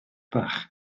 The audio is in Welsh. bach